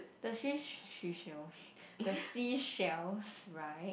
the she seashell the seashells right